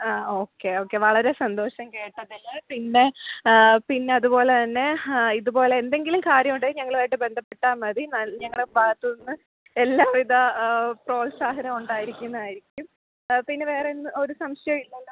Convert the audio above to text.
ആ ഒക്കെ ഓക്കെ വളരെ സന്തോഷം കേട്ടതിൽ പിന്നെ പിന്നെ അതുപോലെത്തന്നെ ഇതുപോലെ എന്തെങ്കിലും കാര്യം ഉണ്ടെങ്കിൽ ഞങ്ങളുമായിട്ട് ബന്ധപ്പെട്ടാൽ മതി ഞങ്ങളുടെ ഭാഗത്തുനിന്ന് എല്ലാവിധ പ്രോത്സാഹനവും ഉണ്ടായിരിക്കുന്നതായിരിക്കും പിന്നെ വേറെ ഒരു സംശയവും ഇല്ലല്ലോ